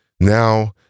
Now